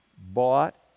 bought